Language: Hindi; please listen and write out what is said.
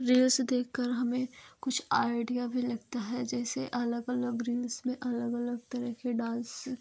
रील्स देख कर हमें कुछ आइडिया भी लगता है जैसे अलग अलग रील्स में अलग अलग तरह के डांस